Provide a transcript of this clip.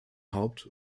haupt